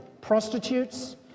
prostitutes